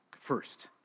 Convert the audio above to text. First